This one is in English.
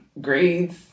grades